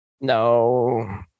No